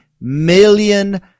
million